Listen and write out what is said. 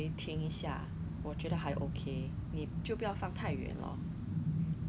然后我也做也是做五个钟头而已也是没有很多钱